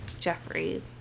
Jeffrey